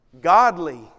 godly